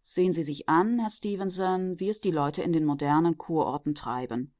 sehen sie sich an herr stefenson wie es die leute in den modernen kurorten treiben